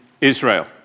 Israel